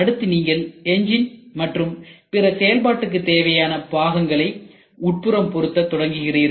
அடுத்து நீங்கள் என்ஜின் மற்றும் பிற செயல்பாட்டுக்கு தேவையான பாகங்களை உட்புறம் பொருத்த தொடங்குகிறீர்கள்